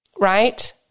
right